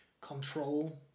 control